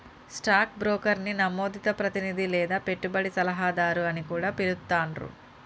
stock బ్రోకర్ని నమోదిత ప్రతినిధి లేదా పెట్టుబడి సలహాదారు అని కూడా పిలుత్తాండ్రు